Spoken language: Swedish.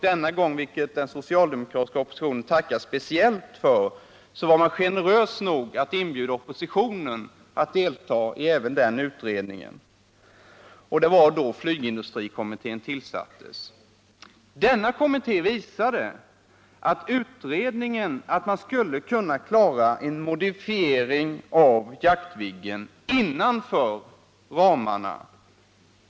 Denna gång var man generös nog att inbjuda oppositionen att delta i den utredningen, vilket den socialdemokratiska oppositionen tackar speciellt för. Det var då som flygindustrikommittén tillsattes. Denna kommitté visade att man skulle kunna klara en modifiering av Jaktviggen inom ramarna.